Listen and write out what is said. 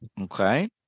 Okay